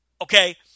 Okay